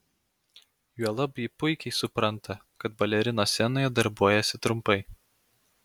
juolab ji puikiai supranta kad balerinos scenoje darbuojasi trumpai